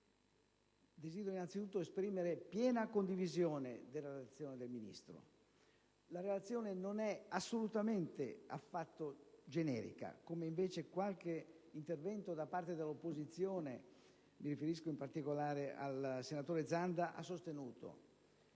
desidero innanzitutto esprimere piena condivisione alla relazione del Ministro, che non è affatto generica come invece in qualche intervento da parte dell'opposizione - mi riferisco in particolare al senatore Zanda - si è sostenuto.